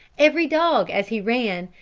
every dog, as he ran,